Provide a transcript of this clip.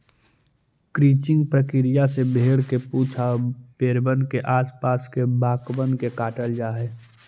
crutching प्रक्रिया से भेंड़ के पूछ आउ पैरबन के आस पास के बाकबन के काटल जा हई